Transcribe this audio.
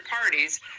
parties